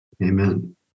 Amen